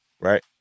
right